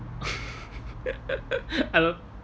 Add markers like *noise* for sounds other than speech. *laughs* I have a